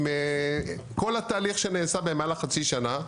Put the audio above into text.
עם כל התהליך שנעשה במהלך חצי שנה,